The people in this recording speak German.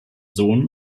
sohn